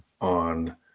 on